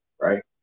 right